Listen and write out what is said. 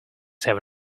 have